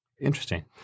interesting